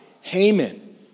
Haman